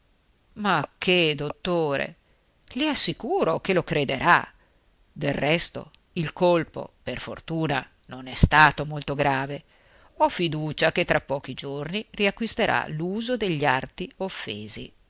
ma che dottore le assicuro che lo crederà del resto il colpo per fortuna non è stato molto grave ho fiducia che tra pochi giorni riacquisterà l'uso degli arti offesi